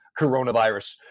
coronavirus